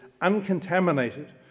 uncontaminated